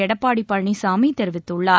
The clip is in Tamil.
எடப்பாடி பழனிசாமி தெரிவித்துள்ளார்